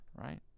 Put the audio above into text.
right